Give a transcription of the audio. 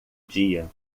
dia